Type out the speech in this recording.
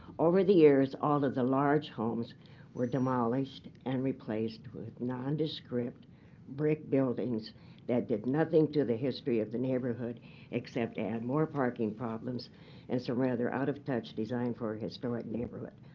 over the years, all of the large homes were demolished and replaced with nondescript brick buildings that did nothing to the history of the neighborhood except add more parking problems and some rather out of touch design for historic neighborhood.